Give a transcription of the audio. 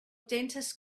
dentist